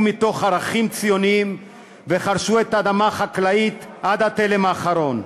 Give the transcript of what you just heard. מתוך ערכים ציוניים וחרשו את האדמה החקלאית עד התלם האחרון.